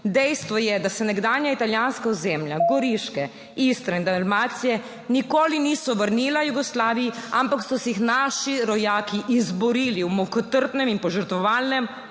Dejstvo je, da se nekdanja italijanska ozemlja Goriške, Istre in Dalmacije nikoli niso vrnila Jugoslaviji, ampak so si jih naši rojaki izborili v mukotrpnem in požrtvovalnem